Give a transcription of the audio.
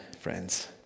friends